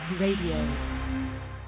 Radio